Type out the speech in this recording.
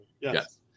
Yes